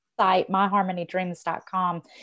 myharmonydreams.com